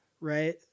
right